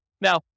Now